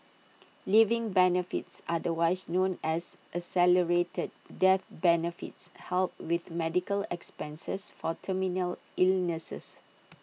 living benefits otherwise known as accelerated death benefits help with medical expenses for terminal illnesses